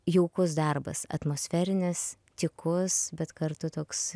jaukus darbas atmosferinis tykus bet kartu toks